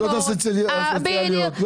אני גם מנסה להסביר את המורכבות כדי